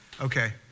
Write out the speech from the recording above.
Okay